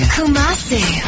Kumasi